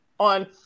On